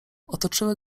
otoczyły